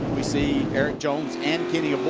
you see erik jones and